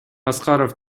аскаров